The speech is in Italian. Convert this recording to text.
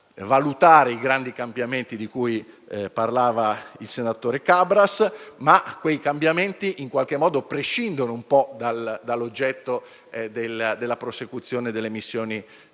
valutare i grandi cambiamenti di cui parlava il senatore Cabras, ma quei cambiamenti in qualche modo prescindono dalla prosecuzione delle missioni